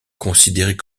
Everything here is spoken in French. considérées